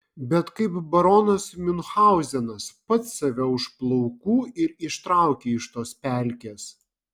bet kaip baronas miunchauzenas pats save už plaukų ir ištrauki iš tos pelkės